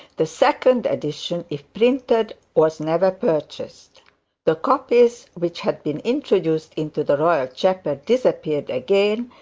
the second edition, if printed, was never purchased the copies which had been introduced into the royal chapel disappeared again,